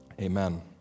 Amen